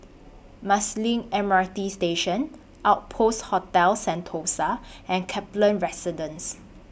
Marsiling M R T Station Outpost Hotel Sentosa and Kaplan Residence